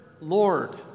Lord